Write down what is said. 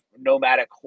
nomadic